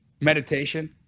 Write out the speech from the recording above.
Meditation